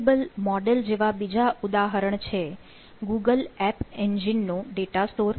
BigTable model જેવા બીજા ઉદાહરણ છે ગુગલ એપ એન્જિન નું SimpleDB વગેરે